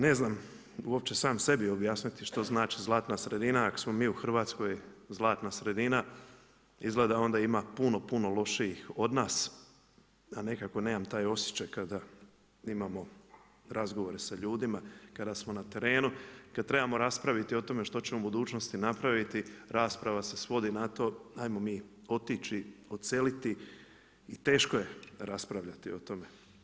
Ne znam uopće sam sebi objasniti što znači zlatna sredina ako smo mi u Hrvatskoj zlatna sredina, izgleda da onda ima puno, puno lošijih od nas, a nekako nemam taj osjećaj kada imamo razgovore sa ljudima, kada smo na terenu i kada trebamo raspraviti o tome što ćemo u budućnosti napraviti, rasprava se svodi na to 'ajmo mi otići, odseliti i teško je raspravljati o tome.